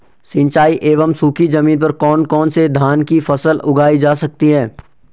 सिंचाई एवं सूखी जमीन पर कौन कौन से धान की फसल उगाई जा सकती है?